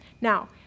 Now